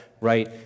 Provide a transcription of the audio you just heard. right